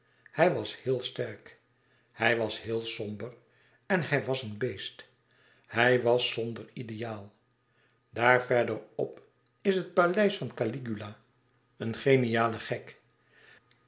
hij was heel sterk hij was heel somber en hij was een beest hij was zonder ideaal daar verder op is het paleis van caligula een geniale gek